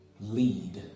lead